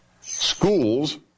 schools